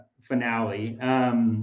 finale